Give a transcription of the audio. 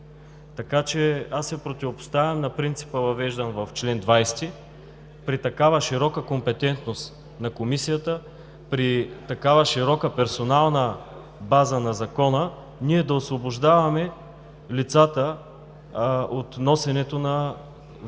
ни. Аз се противопоставям на принципа, въвеждан в чл. 20, при такава широка компетентност на Комисията, при такава широка персонална база на Закона, ние да освобождаваме лицата от носенето на